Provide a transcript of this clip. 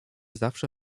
zawsze